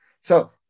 So-